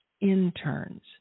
interns